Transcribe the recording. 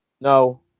No